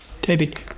David